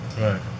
right